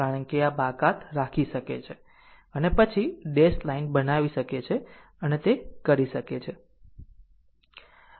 કારણ કે આ બાકાત રાખી શકે છે અને પછી ડેશ લાઇન બનાવી શકે છે અને તે કરી શકે છે